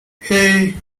hey